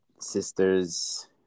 sisters